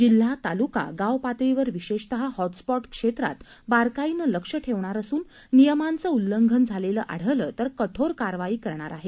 जिल्हा तालुका गाव पातळीवर विशेषतः हॉटस्पॉट क्षेत्रात बारकाईनं लक्ष ठेवणार असून नियमांचं उल्लंघन झालेलं आढळलं तर कठोर कारवाई करणार आहे